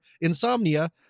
insomnia